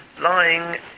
lying